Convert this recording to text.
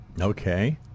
Okay